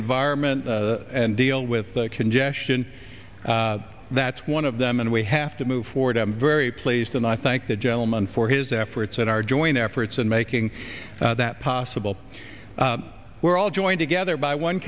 environment and deal with the congestion that's one of them and we have to move forward i'm very pleased and i thank the gentleman for his efforts and our joint efforts in making that possible we're all joined together by one